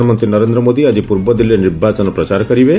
ପ୍ରଧାନମନ୍ତ୍ରୀ ନରେନ୍ଦ୍ର ମୋଦି ଆଜି ପୂର୍ବଦିଲ୍ଲୀରେ ନିର୍ବାଚନ ପ୍ରଚାର କରିବେ